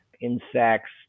insects